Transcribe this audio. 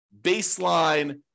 baseline